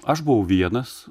aš buvau vienas